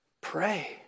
Pray